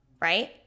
right